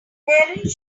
parents